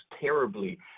terribly